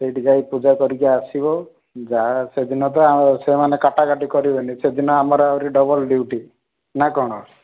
ସେଇଟି ଯାଇକି ପୂଜା କରିକି ଆସିବ ଯାହା ସେଦିନ ତ ସେମାନେ କାଟାକାଟି କରିବେନି ସେଦିନ ଆମର ଆହୁରି ଡବଲ୍ ଡ୍ୟୁଟି ନା କଣ